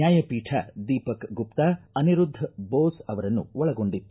ನ್ಯಾಯಪೀಠ ದೀಪಕ್ ಗುಪ್ತಾ ಅನಿರುದ್ಧ ಬೋಸ್ ಅವರನ್ನು ಒಳಗೊಂಡಿತ್ತು